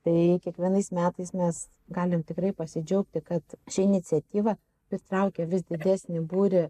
tai kiekvienais metais mes galim tikrai pasidžiaugti kad ši iniciatyva pritraukia vis didesnį būrį